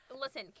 Listen